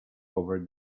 over